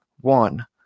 one